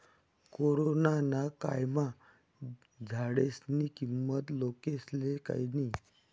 corona ना कायमा झाडेस्नी किंमत लोकेस्ले कयनी